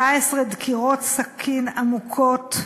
17 דקירות סכין עמוקות,